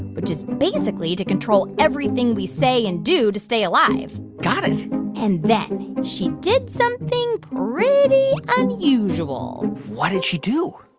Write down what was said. which is basically to control everything we say and do to stay alive got it and then she did something pretty unusual what did she do?